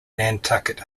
nantucket